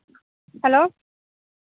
hello